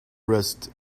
rest